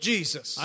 Jesus